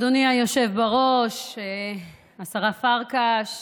אדוני היושב בראש, השרה פרקש,